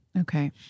Okay